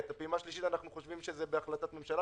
אנחנו חושבים שזה צריך להיות בהחלטת ממשלה,